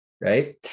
right